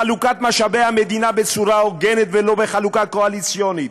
חלוקת משאבי המדינה בצורה הוגנת ולא בחלוקה קואליציונית,